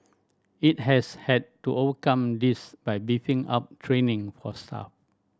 it has had to overcome this by beefing up training for staff